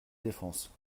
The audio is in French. défense